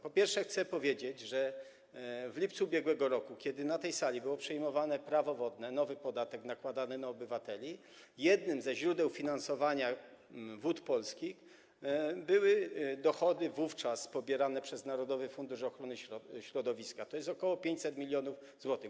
Po pierwsze, chcę powiedzieć, że w lipcu ub.r., kiedy na tej sali było przyjmowane Prawo wodne, nowy podatek nakładany na obywateli, jednym ze źródeł finansowania Wód Polskich były dochody pobierane przez Narodowy Fundusz Ochrony Środowiska, tj. ok. 500 mln zł.